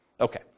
Okay